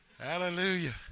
Hallelujah